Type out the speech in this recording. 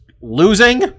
losing